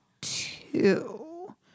two